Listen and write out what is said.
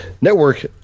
network